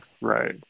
Right